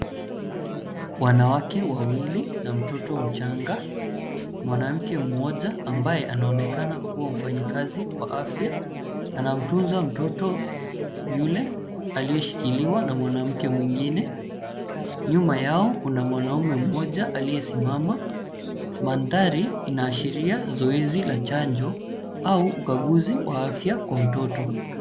Wanawake wawili na mtoto mchanga, mwanamke mmoja ambaye anaonekana kuwa mfanyikazi wa afya anamtunza mtoto yule aliyeshikiliwa na mwanamke mwingine. Nyuma yao kuna mwanaume mmoja aliyesimamama. Mandhari inaashiria zoezi la chanjo au ukaguzi wa afya wa mtoto.